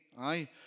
Aye